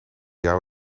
jou